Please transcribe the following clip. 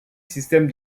système